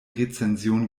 rezension